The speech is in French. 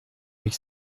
avec